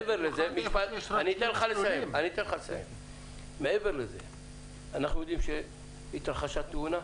מעבר לזה, אנחנו יודעים שהתרחשה תאונה,